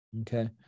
okay